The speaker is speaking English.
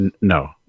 No